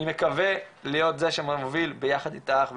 אני מקווה להיות זה שמוביל ביחד איתך,